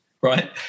right